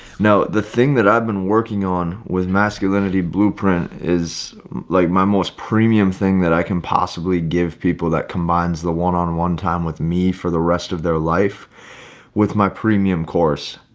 now the thing that i've been working on with masculinity blueprint is like my most premium thing that i can possibly give people that combines the one on one time with me for the rest of their life with my premium course,